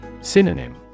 Synonym